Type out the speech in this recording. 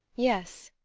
yes,